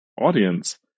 audience